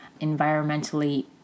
environmentally